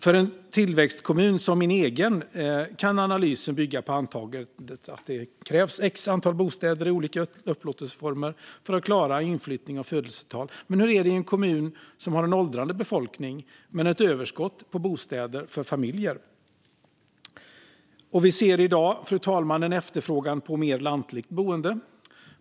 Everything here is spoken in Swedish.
För en tillväxtkommun som min egen kan analysen bygga på antagandet att det krävs ett visst antal bostäder i olika upplåtelseformer för att klara inflyttning och födelsetal. Men hur är det i en kommun som har en åldrande befolkning men ett överskott på bostäder för familjer? Vi ser i dag, fru talman, en efterfrågan på mer lantligt boende.